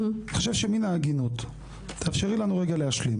אני חושב שמן ההגינות תאפשרי לנו להשלים.